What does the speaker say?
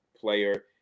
player